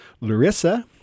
Larissa